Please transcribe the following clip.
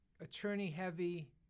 attorney-heavy